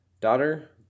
Daughter